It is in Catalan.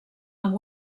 amb